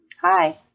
Hi